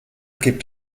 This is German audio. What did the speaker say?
gibt